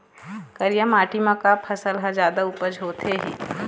करिया माटी म का फसल हर जादा उपज होथे ही?